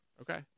Okay